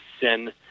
sin